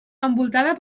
envoltada